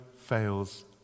fails